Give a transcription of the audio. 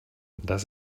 das